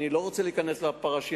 אני לא רוצה להיכנס לפרשייה,